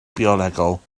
biolegol